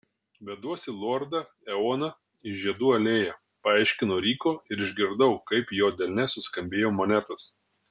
veduosi lordą eoną į žiedų alėją paaiškino ryko ir išgirdau kaip jo delne suskambėjo monetos